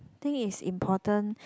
think it's important